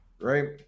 right